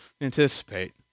anticipate